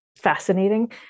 fascinating